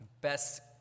Best